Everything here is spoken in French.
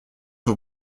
aux